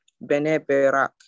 Bene-Berak